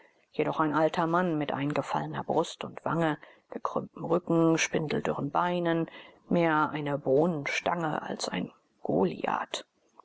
jedoch ein alter mann mit eingefallener brust und wange gekrümmtem rücken spindeldürren beinen mehr eine bohnenstange als ein goliath